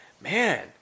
man